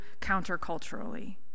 counterculturally